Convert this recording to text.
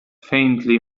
faintly